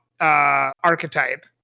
archetype